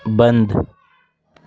بند